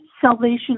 salvation